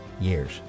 years